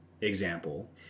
example